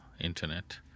internet